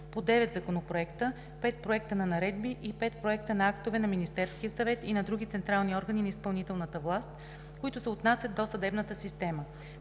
по девет законопроекта, пет проекта на наредби и пет проекта на актове на Министерския съвет и на други централни органи на изпълнителната власт, които се отнасят до съдебната система.